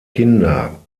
kinder